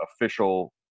official